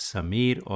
Samir